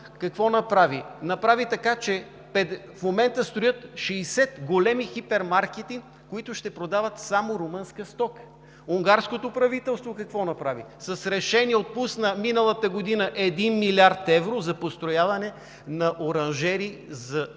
година! Направи така, че в момента строят 60 големи хипермаркета, които ще продават само румънска стока. Унгарското правителство какво направи? С решение отпусна миналата година 1 млрд. евро за построяване на оранжерии за домати